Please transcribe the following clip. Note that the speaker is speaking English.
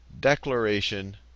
Declaration